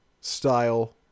style